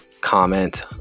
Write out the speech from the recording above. Comment